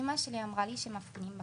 אמא שלי אמרה לי שמפגינים בחוץ.